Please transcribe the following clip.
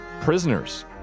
prisoners